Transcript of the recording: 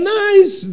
nice